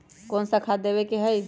कोन सा खाद देवे के हई?